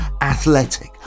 athletic